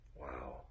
Wow